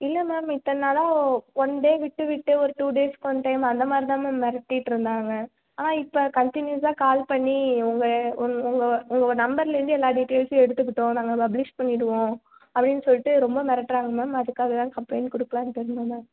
இல்லை மேம் இத்தனை நாளாக ஒன் டே விட்டு விட்டு ஒரு டூ டேஸ்க்கு ஒன் டைம் அந்த மாதிரி தான் மேம் மிரட்டிட்டு இருந்தாங்க ஆனால் இப்போ கண்டினியூசாக கால் பண்ணி உங்கள் உங்கள் உங்கள் உங்களோட நம்பர்லேருந்து எல்லா டீட்டெயில்ஸும் எடுத்துக்கிட்டோம் நாங்கள் பப்ளிஷ் பண்ணிவிடுவோம் அப்படின்னு சொல்லிவிட்டு ரொம்ப மிரட்டுறாங்க மேம் அதுக்காக தான் கம்ப்ளைண்ட் கொடுக்கலான்ட்டு வந்த மேம்